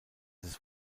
des